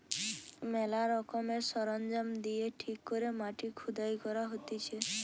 ম্যালা রকমের সরঞ্জাম দিয়ে ঠিক করে মাটি খুদাই করা হতিছে